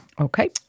Okay